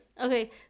Okay